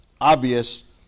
obvious